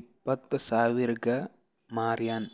ಇಪ್ಪತ್ ಸಾವಿರಗ್ ಮಾರ್ಯಾನ್